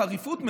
בחריפות,